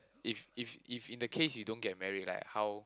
if if if in the case you don't get married like how